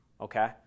Okay